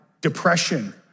depression